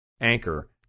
anchor